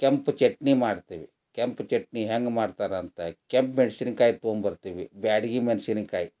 ಕೆಂಪು ಚಟ್ನಿ ಮಾಡ್ತೀವಿ ಕೆಂಪು ಚಟ್ನಿ ಹ್ಯಾಂಗ ಮಾಡ್ತಾರಂತ ಕೆಂಪು ಮೆಣ್ಸಿನ್ಕಾಯಿ ತಗೊಂಡ್ಬರ್ತೀವಿ ಬ್ಯಾಡಗಿ ಮೆಣಸಿನ್ಕಾಯಿ